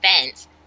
fence